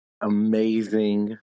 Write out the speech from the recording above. amazing